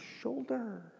shoulder